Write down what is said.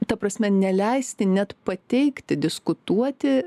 ta prasme neleisti net pateikti diskutuoti